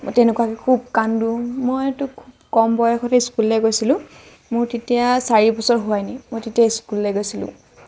মই তেনেকুৱাকে খুব কান্দোঁ মইতো খুউব কম বয়সতে স্কুললৈ গৈছিলোঁ মোৰ তেতিয়া চাৰি বছৰ হোৱাই নাই মই তেতিয়াই স্কুললৈ গৈছিলোঁ